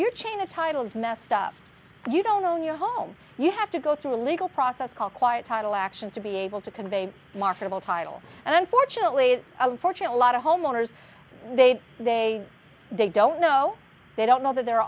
your chain of titles messed up you don't own your home you have to go through a legal process called quiet title action to be able to convey a marketable title and unfortunately it's fortunate lot of homeowners they they they don't know they don't know that there are